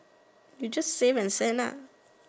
you just save and send lah